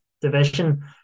division